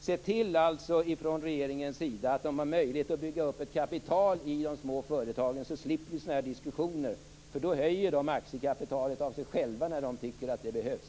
Se alltså från regeringens sida till att det finns möjlighet att bygga upp ett kapital i de små företagen! Då slipper vi sådana här diskussioner, för då höjer de aktiekapitalet av sig själva när de tycker att det behövs.